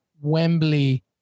Wembley